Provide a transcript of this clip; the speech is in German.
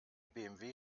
bmw